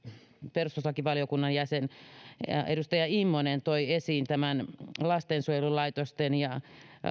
perustuslakivaliokunnan jäsen edustaja immonen toi esiin lastensuojelulaitosten ja